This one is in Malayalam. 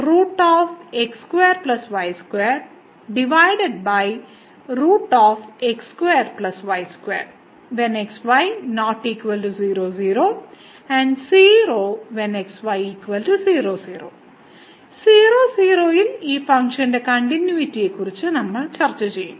00 ൽ ഈ ഫംഗ്ഷന്റെ കണ്ടിന്യൂയിറ്റിയെക്കുറിച്ച് നമ്മൾ ചർച്ച ചെയ്യും